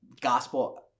gospel